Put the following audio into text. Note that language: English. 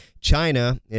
China